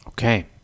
Okay